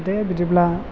दे बिदिब्ला